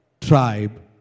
tribe